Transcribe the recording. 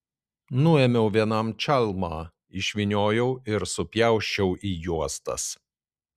nuėmiau vienam čalmą išvyniojau ir supjausčiau į juostas